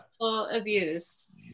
abuse